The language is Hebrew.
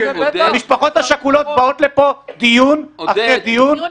המשפחות השכולות באות לפה דיון אחרי דיון